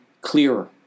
clearer